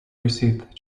received